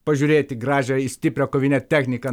pažiūrėti į gražią į stiprią kovinę techniką